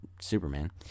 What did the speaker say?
Superman